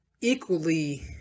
equally